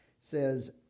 says